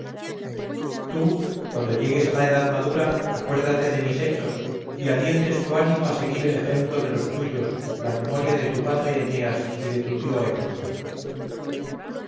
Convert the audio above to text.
tú cuando llegues a la edad madura acuérdate de mis hechos y alientes tu ánimo a seguir el ejemplo de los tuyos la memoria de tu padre eneas y de tu tío héctor